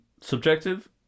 subjective